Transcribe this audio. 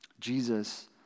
Jesus